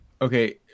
okay